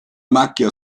macchia